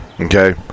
okay